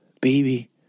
baby